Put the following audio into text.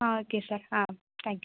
ah okay sir ah thank you